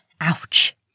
Ouch